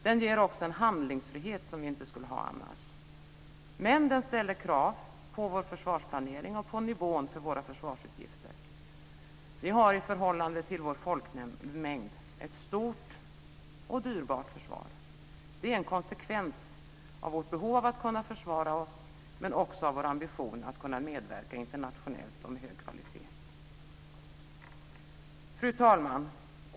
Den ger också en handlingsfrihet som vi inte skulle ha annars. Men den ställer krav på vår försvarsplanering och på nivån för våra försvarsutgifter. Vi har i förhållande till vår folkmängd ett stort och dyrbart försvar. Det är en konsekvens av vårt behov av att kunna försvara oss men också av vår ambition att kunna medverka internationellt och med hög kvalitet. Fru talman!